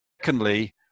secondly